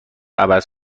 عوض